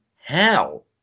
hell